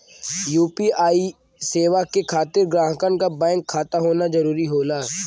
UPI सेवा के खातिर ग्राहकन क बैंक खाता होना जरुरी होला